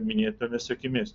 minėtomis akimis